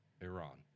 iran